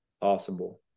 possible